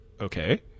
okay